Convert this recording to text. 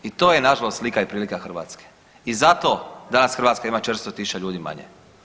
I to je nažalost slika i prilika Hrvatske i zato danas Hrvatska ima 400 tisuća ljudi manje.